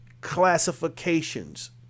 classifications